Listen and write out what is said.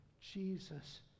Jesus